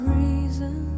reason